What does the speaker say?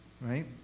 right